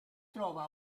trova